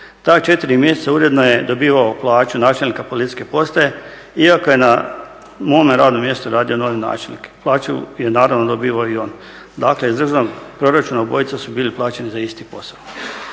Ta 4 mjeseca uredno je dobivao plaću načelnika policijske postaje iako je na mome radnom mjestu radio novi načelnik. Plaću je naravno dobivao i on. Dakle iz državnog proračuna obojica su bili plaćeni za isti posao.